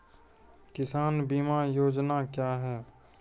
किसान बीमा योजना क्या हैं?